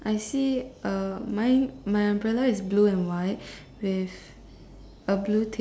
I see uh mine my umbrella is blue and white with